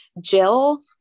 Jill